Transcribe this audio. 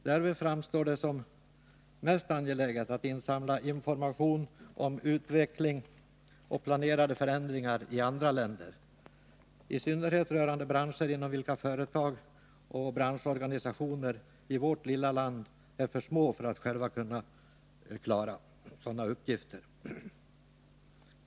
Därvidlag framstår det som mest angeläget att insamla information om utveckling och planerade förändringar i andra länder, i synnerhet rörande branscher inom vilka företag och branschorganisationer i vårt land är för små för att själva kunna klara sådana uppgifter.